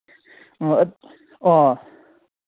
ꯑꯥ ꯑꯥ